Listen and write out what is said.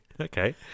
Okay